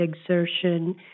exertion